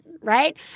right